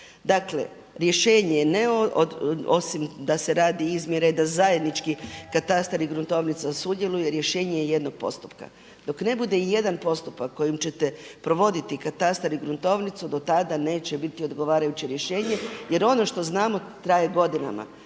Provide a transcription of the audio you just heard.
Dakle, rješenje je osim da se rade izmjere da zajednički katastar i gruntovnica sudjeluje, rješenje je jednog postupka. Dok ne bude ijedan postupak kojim ćete provoditi katastar i gruntovnicu do tada neće biti odgovarajuće rješenje jer ono što znamo traje godinama.